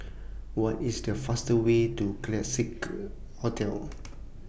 What IS The fastest Way to Classique Hotel